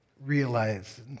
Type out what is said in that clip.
realize